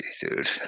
dude